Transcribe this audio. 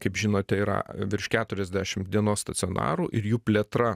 kaip žinote yra virš keturiasdešimt dienos stacionarų ir jų plėtra